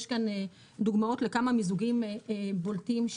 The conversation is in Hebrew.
יש כאן דוגמאות לכמה מיזוגים בולטים,